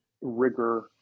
rigor